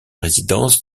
résidence